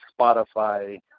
Spotify